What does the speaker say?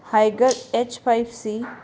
ਹਾਈਗਰ H five C